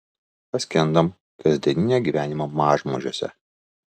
paskendom kasdieninio gyvenimo mažmožiuose